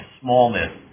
smallness